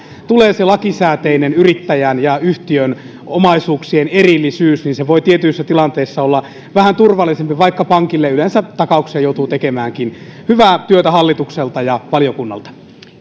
tulee se lakisääteinen yrittäjän ja yhtiön omaisuuksien erillisyys niin se voi tietyissä tilanteissa olla vähän turvallisempi vaikka pankille yleensä takauksia joutuukin tekemään hyvää työtä hallitukselta ja valiokunnalta